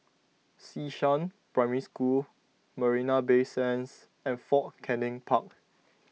Xishan Primary School Marina Bay Sands and Fort Canning Park